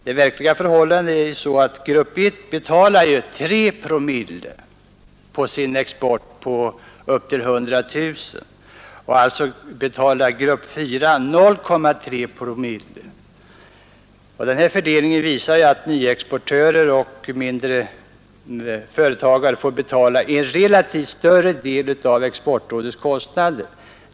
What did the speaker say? Det verkliga förhållandet är att grupp I betalar 3 promille på sin export upp till 100 000 kronor och att grupp 4 betalar 0,3 promille. Den här fördelningen visar att nyexportörer och mindre företag får betala en relativt sett större del av exportrådets kostnader.